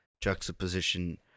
juxtaposition